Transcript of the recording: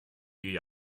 you